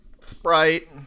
Sprite